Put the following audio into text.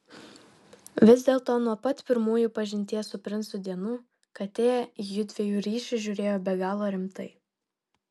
vis dėlto nuo pat pirmųjų pažinties su princu dienų kate į jųdviejų ryšį žiūrėjo be galo rimtai